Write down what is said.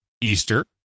Easter